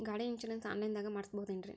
ಗಾಡಿ insurance online ದಾಗ ಮಾಡಸ್ಬಹುದೆನ್ರಿ?